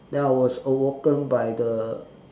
then I was awoken by the